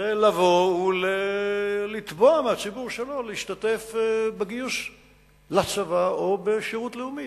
זה לבוא ולתבוע מהציבור שלך להשתתף בגיוס לצבא או לשירות לאומי,